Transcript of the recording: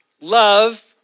love